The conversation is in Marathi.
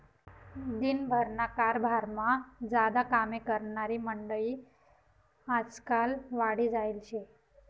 दिन भरना कारभारमा ज्यादा कामे करनारी मंडयी आजकाल वाढी जायेल शे